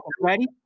Ready